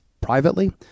privately